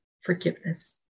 forgiveness